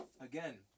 again